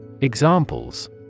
Examples